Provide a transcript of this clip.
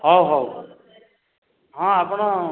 ହଉ ହଉ ହଁ ଆପଣ